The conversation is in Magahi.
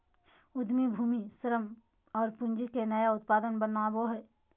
उद्यमी भूमि, श्रम और पूँजी के नया उत्पाद बनावो हइ